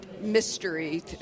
mystery